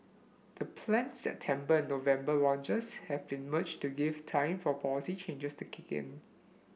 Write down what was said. the planned September and November launches have been merged to give time for policy changes to kick in